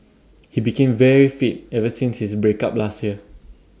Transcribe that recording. he became very fit ever since his break up last year